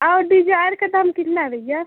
और बिजार का दाम कितना है भैया